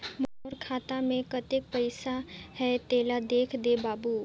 मोर खाता मे कतेक पइसा आहाय तेला देख दे बाबु?